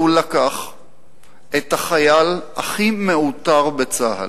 הוא לקח את החייל הכי מעוטר בצה"ל,